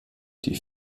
die